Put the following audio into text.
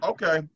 Okay